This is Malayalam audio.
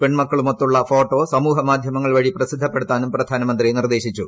പെൺ മക്കളുമൊത്തുള്ള ഫോട്ടോ സമൂഹമാധ്യമങ്ങൾ വഴി പ്രസിദ്ധപ്പെടു ത്താനും പ്രധാനമന്ത്രി നിർദേശിച്ചു